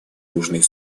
южный